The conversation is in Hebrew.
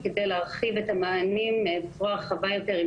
כדי להרחיב המענים בצורה רחבה יותר עם